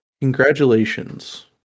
Congratulations